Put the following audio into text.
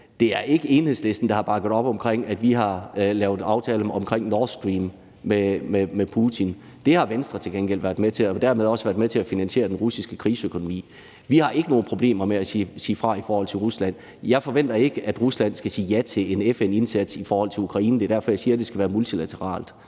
til Ukraine: Det er ikke Enhedslisten, der har bakket op om, at vi har lavet aftaler om Nord Stream med Putin. Det har Venstre til gengæld været med til og dermed også været med til at finansiere den russiske krigsøkonomi. Vi har ikke nogen problemer med at sige fra i forhold til Rusland. Jeg forventer ikke, at Rusland skal sige ja til en FN-indsats i forhold til Ukraine. Det er derfor, jeg siger, at det skal være multilateralt.